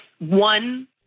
one